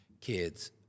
kids